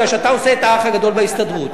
בגלל שאתה עושה את "האח הגדול" בהסתדרות.